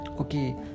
Okay